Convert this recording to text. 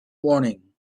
morning